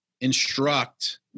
instruct